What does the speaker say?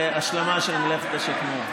להשלמה של מלאכת השכנוע.